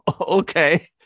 okay